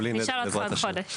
בלי נדר, בעזרת השם.